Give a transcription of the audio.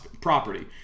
property